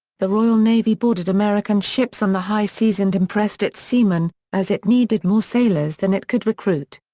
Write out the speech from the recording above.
the royal navy boarded american ships on the high seas and impressed its seamen, as it needed more sailors than it could recruit.